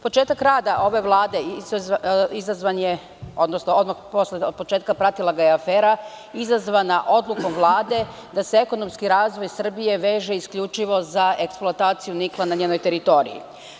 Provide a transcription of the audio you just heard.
Početak rada ove Vlade izazvan je, odnosno odmah od početka, pratila ga je afera izazvana odlukom Vlade da se ekonomski razvoj Srbije veže isključivo za eksploataciju nikla na njenoj teritoriji.